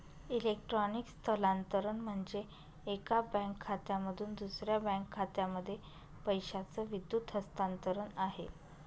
electronic स्थलांतरण म्हणजे, एका बँक खात्यामधून दुसऱ्या बँक खात्यामध्ये पैशाचं विद्युत हस्तांतरण आहे